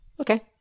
Okay